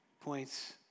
points